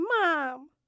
mom